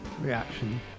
reaction